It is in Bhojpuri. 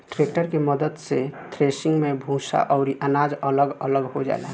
ट्रेक्टर के मद्दत से थ्रेसिंग मे भूसा अउरी अनाज अलग अलग हो जाला